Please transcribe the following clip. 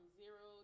zero